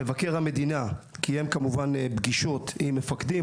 מבקר המדינה קיים פגישות עם מפקדים,